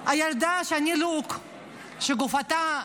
מי אתה שתקבע שהוא שר מיותר?